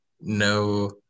no